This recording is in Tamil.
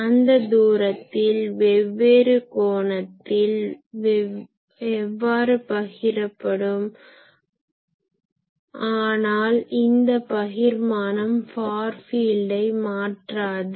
அந்த தூரத்தில் வெவ்வேறு கோணத்தில் எவ்வாறு பகிரப்படும் ஆனால் இந்த பகிர்மானம் ஃபார் ஃபீல்டை மாற்றாது